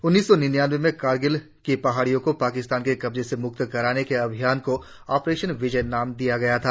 उन्नीस सौ निन्यानवें में करगिल की पहाड़ियों को पाकिस्तान के कब्जे से मुक्त कराने के अभियान को ऑपरेशन विजय नाम किया गया था